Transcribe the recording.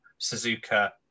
Suzuka